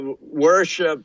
worship